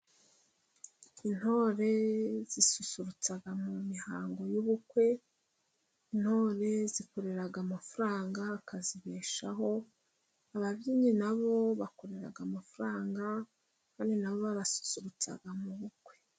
Intore zisusurutsa mu mihango y'ubukwe, intore zikorera amafaranga akazibeshaho. Ababyinnyi na bo bakorera amafaranga kandi na bo barasusurutsa mu bukwe.